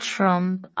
Trump